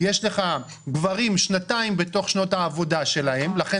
יש לך גברים שנתיים בתוך שנות העבודה שלהם ולכן